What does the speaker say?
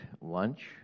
lunch